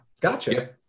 Gotcha